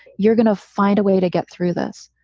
you're going to find a way to get through this.